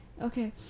Okay